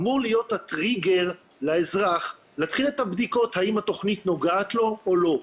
אמור להיות הטריגר לאזרח להתחיל את הבדיקות האם התכנית נוגעת לו או לא.